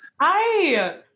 Hi